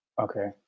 Okay